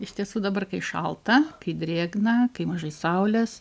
iš tiesų dabar kai šalta kai drėgna kai mažai saulės